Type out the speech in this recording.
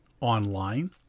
online